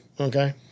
okay